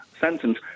sentence